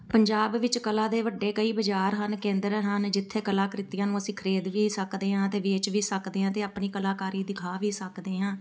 ਪੰਜਾਬ ਵਿੱਚ ਕਲਾ ਦੇ ਵੱਡੇ ਕਈ ਬਾਜ਼ਾਰ ਹਨ ਕੇਂਦਰ ਹਨ ਜਿੱਥੇ ਕਲਾਕ੍ਰਿਤੀਆਂ ਨੂੰ ਅਸੀਂ ਖ਼ਰੀਦ ਵੀ ਸਕਦੇ ਹਾਂ ਅਤੇ ਵੇਚ ਵੀ ਸਕਦੇ ਹਾਂ ਅਤੇ ਆਪਣੀ ਕਲਾਕਾਰੀ ਦਿਖਾ ਵੀ ਸਕਦੇ ਹਾਂ